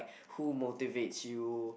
who motivates you